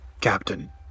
Captain